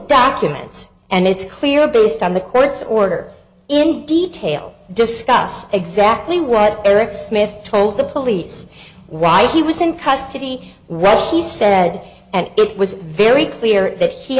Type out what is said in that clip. documents and it's clear based on the court's order in detail discuss exactly what eric smith told the police right he was in custody right he said and it was very clear that he